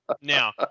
now